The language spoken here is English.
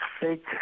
fake